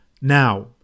Now